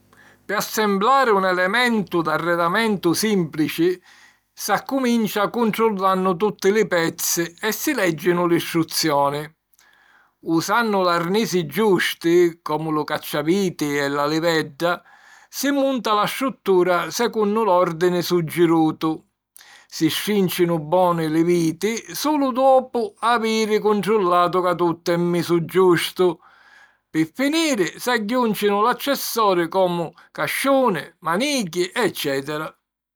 Pi assemblari un elementu d’arredamentu sìmplici, s'accumincia cuntrullannu tutti li pezzi e si lègginu l'istruzioni. Usannu l'arnisi giusti, comu lu cacciaviti e la livedda, si munta la struttura secunnu l’òrdini suggirutu. Si strìncinu boni li viti sulu dopu aviri cuntrullatu ca tuttu è misu giustu. Pi finiri, s'agghiùncinu l'accessori comu casciuni, manigghi eccètera.